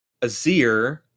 Azir